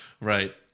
right